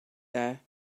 there